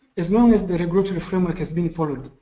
as long as the regulatory framework has been followed,